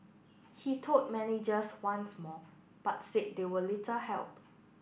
he told managers once more but said they were little help